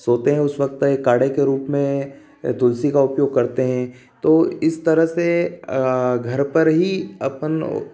सोते हैं उस वक़्त काढ़े के रूप में तुलसी का उपयोग करते हें तो इस तरह से घर पर ही अपन